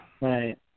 Right